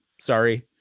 sorry